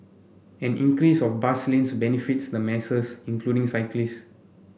an increase of bus lanes benefits the masses including cyclist